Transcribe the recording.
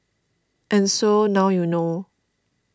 and so now you know